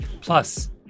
Plus